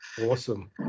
Awesome